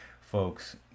folks